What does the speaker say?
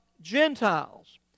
Gentiles